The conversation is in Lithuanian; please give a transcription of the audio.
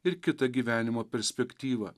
ir kitą gyvenimo perspektyvą